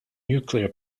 nuclear